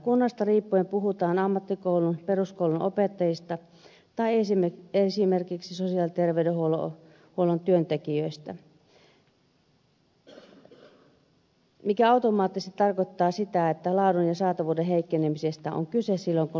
kunnasta riippuen puhutaan ammattikoulun tai peruskoulun opettajista tai esimerkiksi sosiaali ja terveydenhuollon työntekijöistä mikä automaattisesti tarkoittaa sitä että laadun ja saatavuuden heikkenemisestä on kyse silloin kun lomautetaan